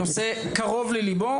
הנושא קרוב ללבו,